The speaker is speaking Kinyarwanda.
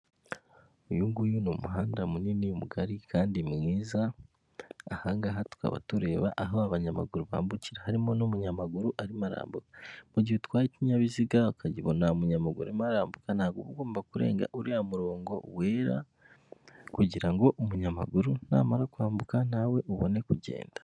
Uyu nguyu ni umuhanda munini, mugari, kandi mwiza, aha ngaha tukaba tureba aho abanyamaguru bambukira, harimo n'umunyamaguru arimo arambuka, mu gihe utwaye ikinyabiziga ukabona umunyamuguru arimo arambuka, ntabwo uba ugomba kurenga uriya murongo wera, kugira ngo umunyamaguru namara kwambuka nawe ubone kugenda.